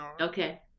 Okay